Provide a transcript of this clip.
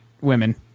women